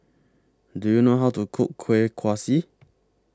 Do YOU know How to Cook Kueh Kaswi